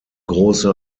große